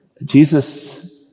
Jesus